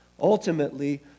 Ultimately